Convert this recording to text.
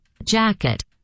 Jacket